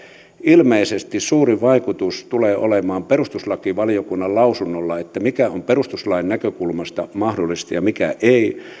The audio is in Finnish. ilmeisesti suuri vaikutus tulee olemaan perustuslakivaliokunnan lausunnolla että mikä on perustuslain näkökulmasta mahdollista ja mikä ei